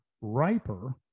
riper